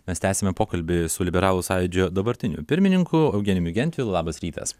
mes tęsiame pokalbį su liberalų sąjūdžio dabartiniu pirmininku eugenijumi gentvilu labas rytas